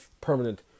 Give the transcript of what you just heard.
permanent